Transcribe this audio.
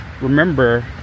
remember